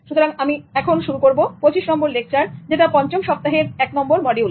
সুতরাং আমি শুরু করব 25 নম্বর লেকচার দিয়ে এটা 5 নম্বর সপ্তাহের 1 নম্বর মডিউল